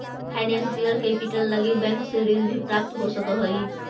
financial capital लगी bank से ऋण भी प्राप्त हो सकऽ हई